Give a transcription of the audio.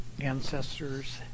ancestors